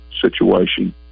situation